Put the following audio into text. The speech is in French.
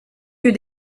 que